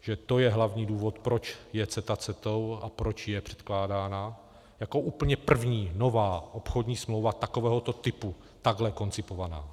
že to je hlavní důvod, proč je CETA Cetou a proč je předkládána jako úplně první nová obchodní smlouva takovéhoto typu takhle koncipovaná.